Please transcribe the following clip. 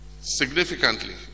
Significantly